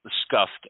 scuffed